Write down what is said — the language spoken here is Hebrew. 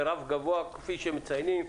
לרף גבוה כפי שמציינים,